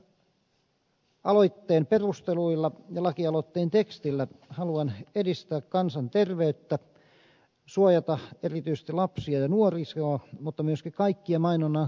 näillä aloitteen perusteluilla ja lakialoitteen tekstillä haluan edistää kansanterveyttä suojata erityisesti lapsia ja nuorisoa mutta myöskin kaikkia mainonnan kohteita